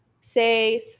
say